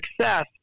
success